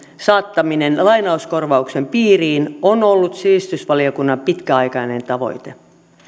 saattaminen lainauskorvauksen piiriin on ollut sivistysvaliokunnan pitkäaikainen tavoite